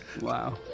Wow